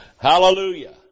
Hallelujah